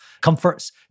comforts